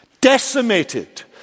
decimated